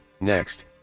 next